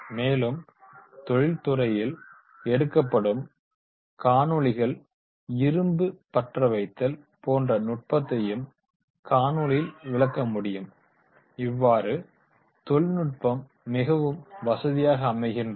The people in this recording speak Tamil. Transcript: மேலும் தொழில்துறையில் எடுக்கப்படும் காணொளிகள் இரும்பு பற்றவைத்தல் போன்ற நுட்பத்தையும் காணொளியில் விளக்க முடியும் இவ்வாறே தொழில்நுட்ப மிகவும் வசதியாக அமைகின்றது